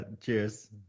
cheers